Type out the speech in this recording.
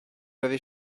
l’avez